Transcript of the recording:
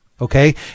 okay